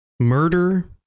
Murder